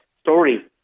story